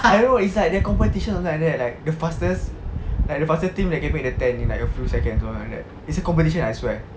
I don't know it's like the competition also like that like the fastest like the fastest team that can make the tent like a few seconds is a competition I swear